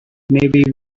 maybe